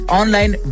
online